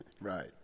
right